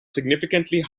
significantly